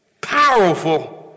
Powerful